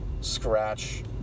scratch